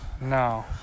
No